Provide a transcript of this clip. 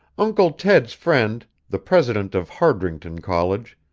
uncle ted's friend, the president of hardrington college,